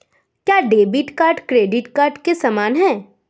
क्या debit card credit card के समान है?